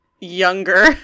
Younger